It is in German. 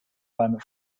beim